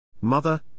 Mother